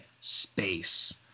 space